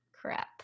crap